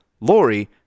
Lori